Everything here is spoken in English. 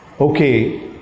okay